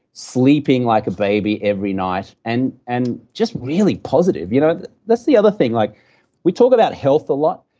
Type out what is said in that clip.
sleeping like a baby every night, and and just really positive you know that's the other thing. like we talk about health a lot,